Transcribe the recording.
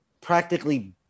practically